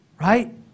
right